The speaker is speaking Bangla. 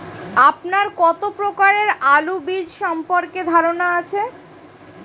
আপনার কত প্রকারের আলু বীজ সম্পর্কে ধারনা আছে?